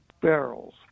barrels